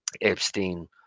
epstein